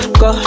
go